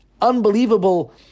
unbelievable